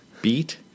beat